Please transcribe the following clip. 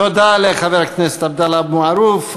תודה לחבר הכנסת עבדאללה אבו מערוף.